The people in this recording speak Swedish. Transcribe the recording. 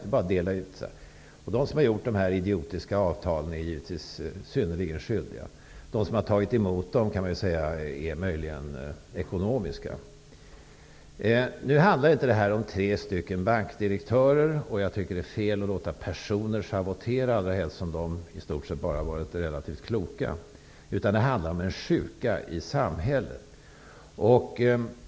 Det är bara att dela ut pengar. De som har gjort de här idiotiska avtalen är givetvis också synnerligen skyldiga. De som har tagit emot avtalen kan man möjligen säga är ekonomiska. Men det handlar inte i detta sammanhang om tre bankdirektörer. Dessutom tycker jag att det är fel att låta personer schavottera här, allra helst som de i stort sett bara har varit relativt kloka. I stället handlar det om en sjuka i samhället.